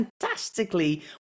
fantastically